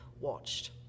watched